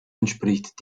entspricht